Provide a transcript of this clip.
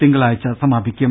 തിങ്കളാഴ്ച സമാപിക്കും